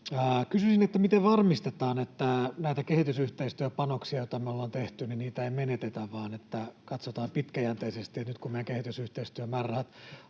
Kysyisin, miten varmistetaan, että näitä kehitysyhteistyöpanoksia, joita me ollaan tehty, ei menetetä, vaan katsotaan pitkäjänteisesti — nyt kun meidän kehitysyhteistyömäärärahat